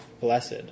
Blessed